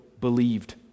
believed